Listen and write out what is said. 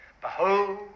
Behold